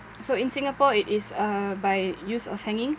so in singapore it is uh by use of hanging